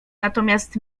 natomiast